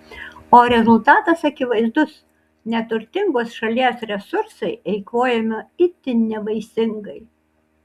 o rezultatas akivaizdus neturtingos šalies resursai eikvojami itin nevaisingai